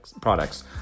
products